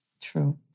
True